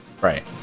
Right